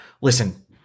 listen